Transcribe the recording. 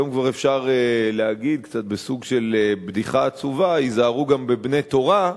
היום כבר אפשר להגיד קצת בסוג של בדיחה עצובה: היזהרו גם בבני תורה,